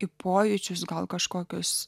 į pojūčius gal kažkokios